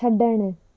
छॾणु